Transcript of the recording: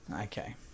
Okay